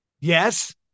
Yes